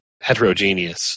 heterogeneous